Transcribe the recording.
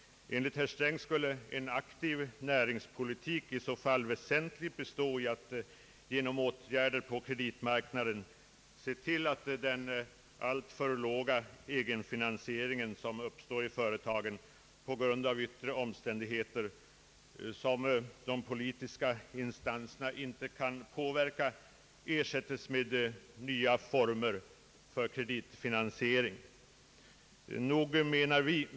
Enligt herr Sträng skulle tydligen en aktiv näringspolitik framför allt bestå i att man genom åtgärder på kreditmarknaden motverkar den alltför låga egenfinansieringen inom =: företagen, som orsakas av yttre omständigheter utanför de politiska instansernas kontroll; närmast skall det bli fråga om nya former för kreditfinansiering.